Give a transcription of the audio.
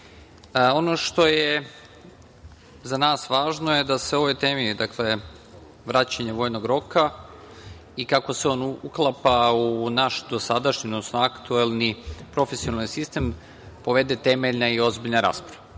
ono što je za nas važno je da se o ovoj temi, dakle vraćanja vojnog roka i kako se on uklapa u naš dosadašnji aktuelni profesionalni sistem, povede temeljna i ozbiljna rasprava. Meni